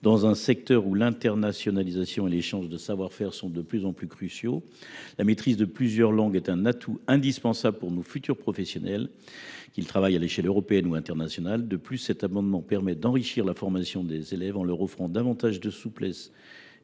dans un secteur où l’internationalisation et l’échange de savoir faire sont de plus en plus cruciaux. La maîtrise de plusieurs langues est un atout indispensable pour nos futurs professionnels, qu’ils travaillent à l’échelle européenne ou internationale. De plus, la formation des élèves serait enrichie. Ils se verraient offrir davantage de souplesse